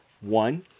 One